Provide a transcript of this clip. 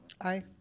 Aye